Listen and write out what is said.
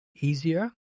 easier